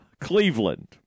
Cleveland